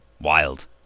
Wild